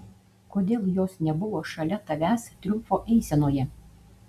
kodėl jos nebuvo šalia tavęs triumfo eisenoje